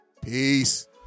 Peace